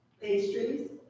pastries